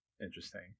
interesting